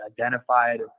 identified